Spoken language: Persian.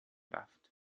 رفت